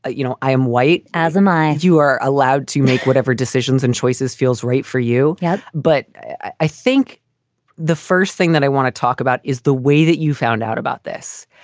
ah you know, i am white, as am i. you are allowed to make whatever decisions and choices feels right for you. yeah, but i think the first thing that i want to talk about is the way that you found out about this,